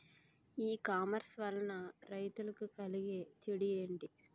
ఈ కామర్స్ వలన రైతులకి కలిగే చెడు ఎంటి?